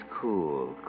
cool